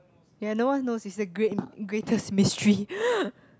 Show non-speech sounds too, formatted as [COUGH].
ya no one knows it's a great greatest mystery [BREATH]